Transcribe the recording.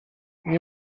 nie